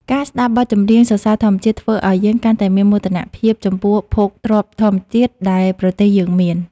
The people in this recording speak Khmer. ការស្ដាប់បទចម្រៀងសរសើរធម្មជាតិ ធ្វើឱ្យយើងកាន់តែមានមោទនភាពចំពោះភោគទ្រព្យធម្មជាតិដែលប្រទេសយើងមាន។